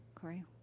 Corey